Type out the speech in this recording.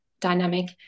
dynamic